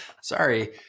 sorry